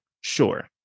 sure